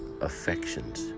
affections